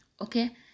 okay